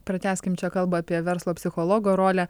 pratęskime šią kalbą apie verslo psichologo rolę